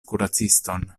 kuraciston